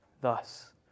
Thus